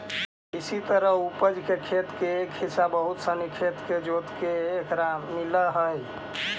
इसी तरह उपज के एक हिस्सा बहुत सनी खेत के जोतके एकरा मिलऽ हइ